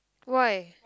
why